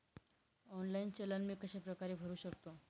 Online चलन मी कशाप्रकारे भरु शकतो?